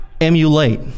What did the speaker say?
Emulate